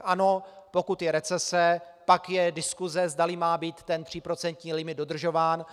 Ano, pokud je recese, pak je diskuse, zdali má být tříprocentní limit dodržován.